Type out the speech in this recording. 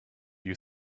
you